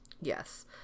Yes